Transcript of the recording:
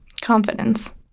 confidence